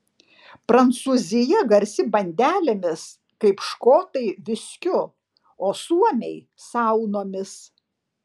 prancūzija garsi bandelėmis kaip škotai viskiu o suomiai saunomis